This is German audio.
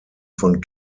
von